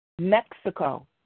Mexico